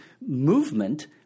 movement